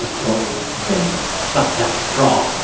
ah straw then suck that straw